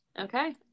okay